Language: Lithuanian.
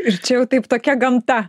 ir čia jau taip tokia gamta